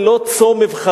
הוא אומר: זה לא צום אבחרהו.